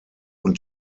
und